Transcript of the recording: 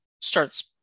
starts